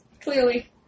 clearly